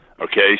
Okay